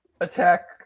attack